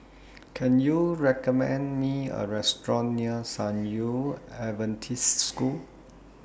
Can YOU recommend Me A Restaurant near San Yu Adventist School